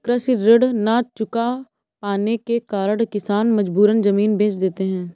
कृषि ऋण न चुका पाने के कारण किसान मजबूरन जमीन बेच देते हैं